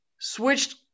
switched